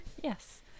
yes